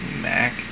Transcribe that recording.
MAC